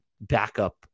backup